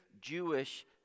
Jewish